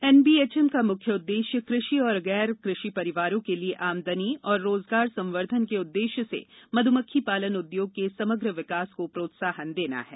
NBHM का मुख्य उद्देश्य कृषि और गैर कृषि परिवारों के लिए आमदनी और रोजगार संवर्धन के उद्देश्य से मध्यमक्खी पालन उद्योग के समग्र विकास को प्रोत्साहन देना है